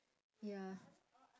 ya